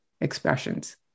expressions